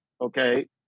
Okay